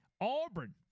Auburn